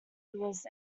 was